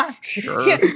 Sure